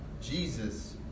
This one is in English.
Jesus